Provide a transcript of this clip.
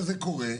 כוכבי.